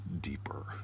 deeper